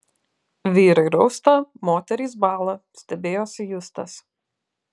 vyrai rausta moterys bąla stebėjosi justas